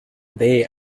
there